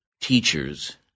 teachers